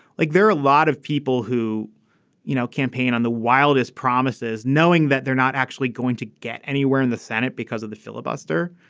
like there are a lot of people who you know campaign on the wildest promises knowing that they're not actually going to get anywhere in the senate because of the filibuster.